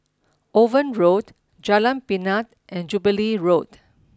Owen Road Jalan Pinang and Jubilee Road